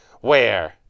Where